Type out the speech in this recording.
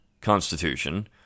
constitution